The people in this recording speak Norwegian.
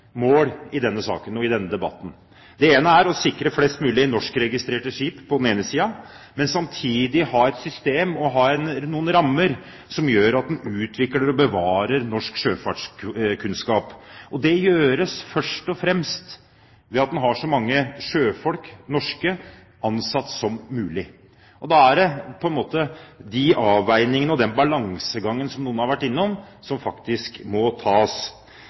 mål i denne saken og i denne debatten. Det ene er å sikre flest mulig norskregistrerte skip på den ene siden, mens en samtidig har et system og noen rammer som gjør at en utvikler og bevarer norsk sjøfartskunnskap. Det gjøres først og fremst ved at en har så mange norske sjøfolk som mulig ansatt. Da er det de avveiningene og den balansegangen som noen har vært innom, som faktisk må tas.